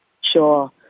Sure